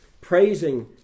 praising